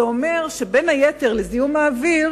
זה אומר שבין היתר אחראי לזיהום האוויר